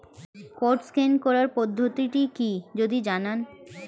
Code scan করার পদ্ধতিটি কি যদি জানান?